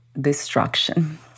destruction